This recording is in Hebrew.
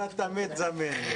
אתה תמיד זמין.